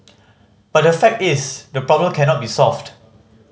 but the fact is the problem cannot be solved